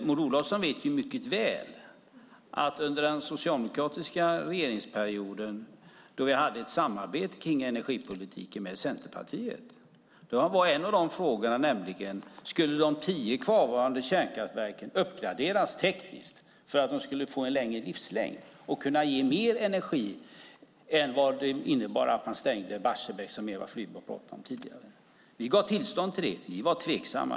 Maud Olofsson vet mycket väl att under den socialdemokratiska regeringsperioden, då vi hade ett samarbete om energipolitiken med Centerpartiet, var en av frågorna om de tio kvarvarande kärnkraftverken skulle uppgraderas tekniskt för att få en längre livslängd och ge mer energi än vad det skulle innebära att stänga Barsebäck, som Eva Flyborg pratade om tidigare. Vi var tveksamma, men vi gav tillstånd till det.